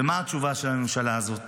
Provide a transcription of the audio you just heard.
ומה התשובה של הממשלה הזאת?